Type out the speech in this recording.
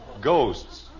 Ghosts